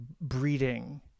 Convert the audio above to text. breeding